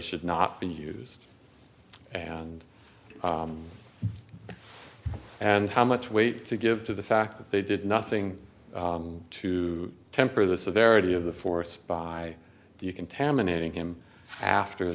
should not be used and and how much weight to give to the fact that they did nothing to temper the severity of the force by you contaminating him after